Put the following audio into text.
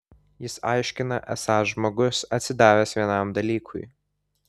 jis aiškina esąs žmogus atsidavęs vienam dalykui